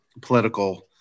political